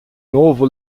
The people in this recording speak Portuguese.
novo